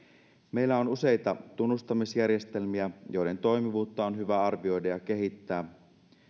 meillä on useita tunnustamisjärjestelmiä joiden toimivuutta on hyvä arvioida ja kehittää